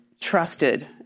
trusted